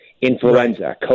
influenza